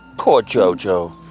caught joe, joe,